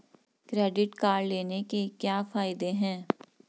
Credit card लेने के क्या फायदे हैं?